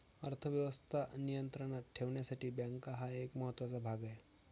अर्थ व्यवस्था नियंत्रणात ठेवण्यासाठी बँका हा एक महत्त्वाचा भाग आहे